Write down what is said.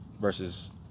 versus